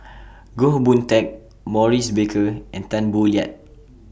Goh Boon Teck Maurice Baker and Tan Boo Liat